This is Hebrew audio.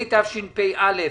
הצבעה בעד,